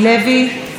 אינו נוכח,